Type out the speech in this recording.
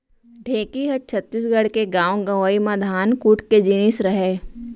ढेंकी ह छत्तीसगढ़ के गॉंव गँवई म धान कूट के जिनिस रहय